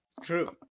True